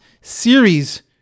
series